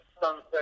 sunset